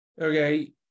okay